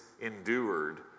endured